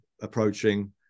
approaching